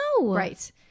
Right